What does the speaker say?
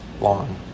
long